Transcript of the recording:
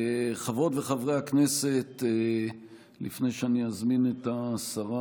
חברות וחברי הכנסת, לפני שאני אזמין את השרה